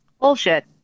bullshit